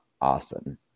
awesome